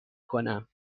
کنم